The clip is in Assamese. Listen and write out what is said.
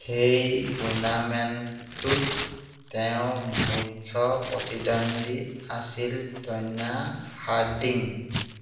সেই টুৰ্নামেণ্টটোত তেওঁৰ মুখ্য প্ৰতিদ্বন্দ্বী আছিল টন্যা হাৰ্ডিং